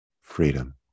freedom